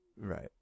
Right